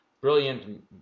brilliant